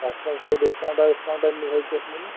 تَتھ منٛز کیٛاہ ڈِسکاوُنٛٹا وِسکاوُنٛٹا ہیٚکہِ اَسہِ مِلِتھ